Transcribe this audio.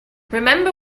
remember